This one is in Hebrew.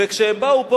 וכשהם באו פה,